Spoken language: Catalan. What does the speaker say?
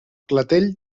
clatell